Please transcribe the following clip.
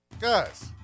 guys